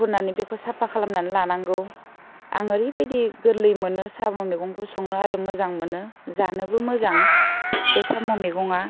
हुनानै बेखौ साफा खालामनानै लानांगौ आं ओरैबायदि गोरलै मोनो साम' मैगंखौ संनो आरो मोजां मोनो जानोबो मोजां बे साम' मैगंआ